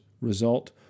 result